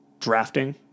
drafting